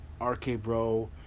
RK-Bro